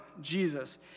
Jesus